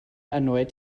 erneut